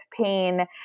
pain